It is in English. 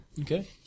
Okay